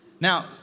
now